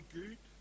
good